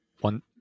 one